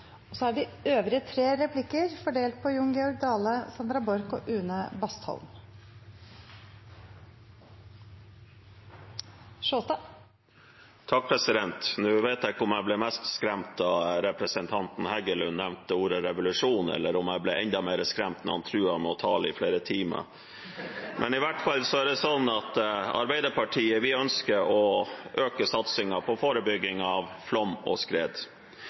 representanten Heggelund nevnte ordet «revolusjon», eller om jeg ble enda mer skremt da han truet med å tale i flere timer I hvert fall er det slik at vi i Arbeiderpartiet ønsker å øke satsingen på forebygging av flom og skred.